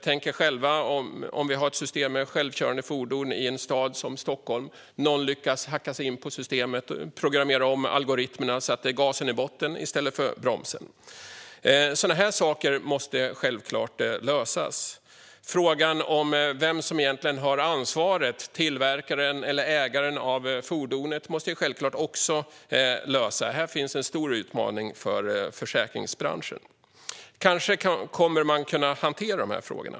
Tänk er själva att vi har ett system med självkörande fordon i en stad som Stockholm och att någon lyckas hacka sig in i systemet och programmera om algoritmerna så att det är gasen i botten i stället för bromsen! Sådana saker måste självklart lösas. Frågan om vem som egentligen har ansvaret, tillverkaren eller ägaren av fordonet, måste självklart också lösas. Här finns en stor utmaning för försäkringsbranschen. Kanske kommer man att kunna hantera dessa frågor.